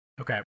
Okay